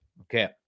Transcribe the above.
okay